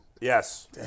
Yes